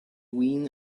wind